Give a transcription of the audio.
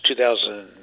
2000